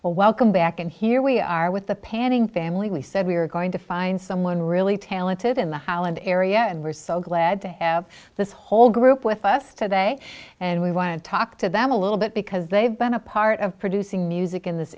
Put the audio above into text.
or welcome back and here we are with the panning family said we are going to find someone really talented in the highland area and we're so glad to have this whole group with us today and we want to talk to them a little bit because they've been a part of producing music in this